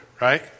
right